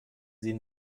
sie